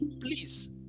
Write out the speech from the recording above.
please